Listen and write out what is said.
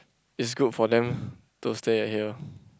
is good for them to stay at here